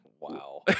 Wow